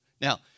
Now